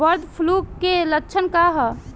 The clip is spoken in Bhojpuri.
बर्ड फ्लू के लक्षण का होला?